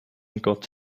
got